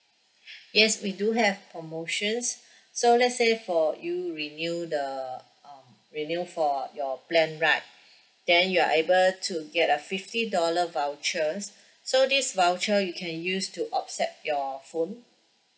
yes we do have promotions so let's say for you renew the um renew for your plan right then you are able to get a fifty dollar vouchers so this voucher you can use to offset your phone